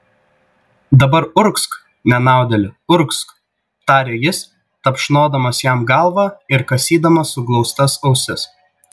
dabar urgzk nenaudėli urgzk tarė jis tapšnodamas jam galvą ir kasydamas suglaustas ausis